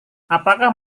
apakah